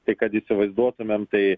tai kad įsivaizduotumėm tai